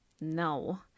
No